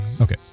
Okay